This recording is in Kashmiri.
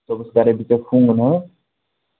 صبَحس کرے بہٕ ژٕ فون ہاں